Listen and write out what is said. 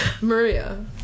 Maria